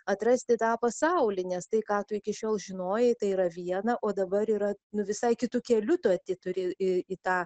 atrasti tą pasaulį nes tai ką tu iki šiol žinojai tai yra viena o dabar yra nu visai kitu keliu tu eiti turi į tą